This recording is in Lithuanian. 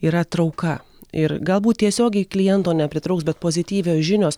yra trauka ir galbūt tiesiogiai kliento nepritrauks bet pozityvios žinios